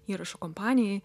įrašų kompanijai